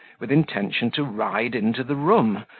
with intention to ride into the room,